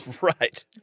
Right